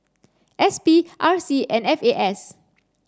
S P R C and F A S